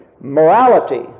morality